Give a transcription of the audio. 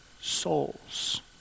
souls